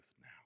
now